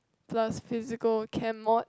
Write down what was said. plus physical chem mod